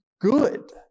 good